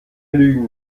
lügen